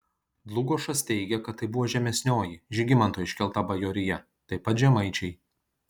dlugošas teigia kad tai buvo žemesnioji žygimanto iškelta bajorija taip pat žemaičiai